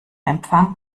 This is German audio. empfang